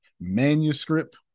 Manuscript